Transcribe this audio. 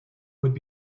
would